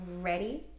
ready